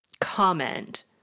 comment